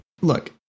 look